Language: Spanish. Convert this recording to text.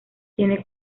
tiene